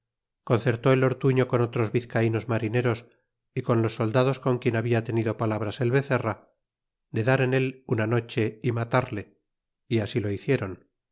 concertó el ortuño con otros vizcaynos marineros y con los soldados con quien habia tenido palabras el bezerra de dar en él una noche y matarle y así lo hiciéron